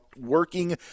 working